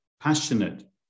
passionate